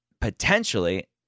potentially